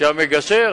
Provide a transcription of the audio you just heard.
שהמגשר